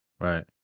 right